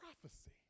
prophecy